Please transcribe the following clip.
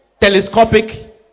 Telescopic